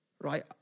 right